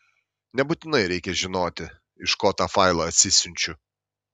nebūtinai reikia žinoti iš ko tą failą atsisiunčiu